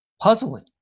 puzzling